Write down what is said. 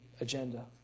agenda